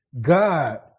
God